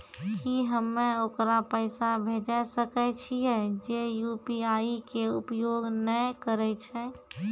की हम्मय ओकरा पैसा भेजै सकय छियै जे यु.पी.आई के उपयोग नए करे छै?